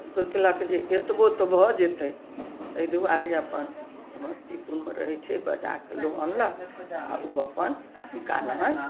सोचलक जे एतबो तऽ भऽ जेतै एहि दुआरे अपन समस्तीपुरमे रहय छै बजाके लोक अनलक आओर उ अपन ठीका नाहित